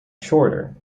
shorter